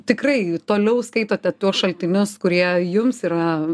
tikrai toliau skaitote tuos šaltinius kurie jums yra